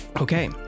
Okay